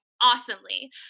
awesomely